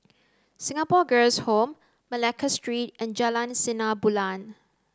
Singapore Girls' Home Malacca Street and Jalan Sinar Bulan